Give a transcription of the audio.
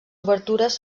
obertures